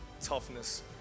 toughness